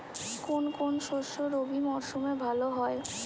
কোন কোন শস্য রবি মরশুমে ভালো হয়?